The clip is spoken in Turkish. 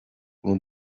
bunu